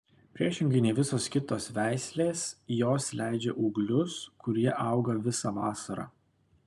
priešingai nei visos kitos veislės jos leidžia ūglius kurie auga visą vasarą